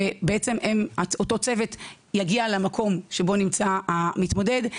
אותו צוות יגיע למקום שבו נמצא המתמודד,